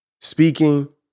speaking